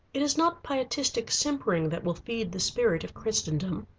it is not pietistic simpering that will feed the spirit of christendom,